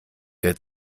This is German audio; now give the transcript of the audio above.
der